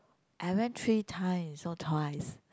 I went three times or twice